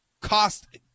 cost